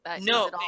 No